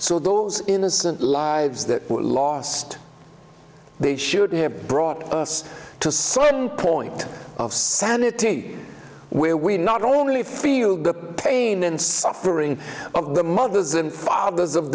so those innocent lives that were lost they should have brought us to certain point of sanity where we not only feel good pain and suffering of the mothers and fathers of